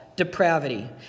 Depravity